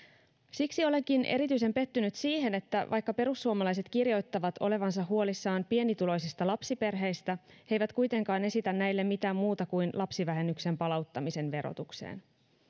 siksi olenkin erityisen pettynyt siihen että vaikka perussuomalaiset kirjoittavat olevansa huolissaan pienituloisista lapsiperheistä he eivät kuitenkaan esitä näille mitään muuta kuin lapsivähennyksen palauttamisen verotukseen